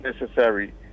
necessary